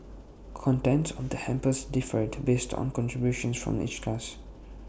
contents of the hampers differed based on contributions from each class